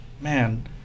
man